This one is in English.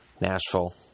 Nashville